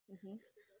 mmhmm